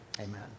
amen